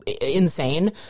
insane